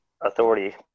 authority